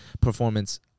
performance